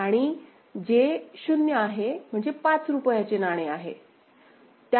आणि J 0 आहे म्हणजे पाच रुपयाचे नाणे आहे